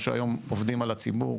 או שהיום עובדים על הציבור,